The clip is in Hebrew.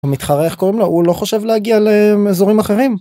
מתחרה איך קוראים לו? הוא לא חושב להגיע לאזורים אחרים?